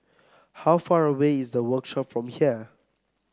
how far away is the Workshop from here